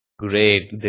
Great